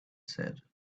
said